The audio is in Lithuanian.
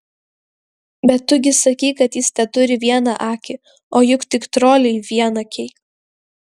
bet tu gi sakei kad jis teturi vieną akį o juk tik troliai vienakiai